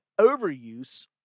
overuse